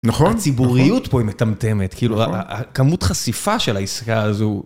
נכון הציבוריות פה היא מטמטמת, כאילו הכמות חשיפה של העסקה הזו...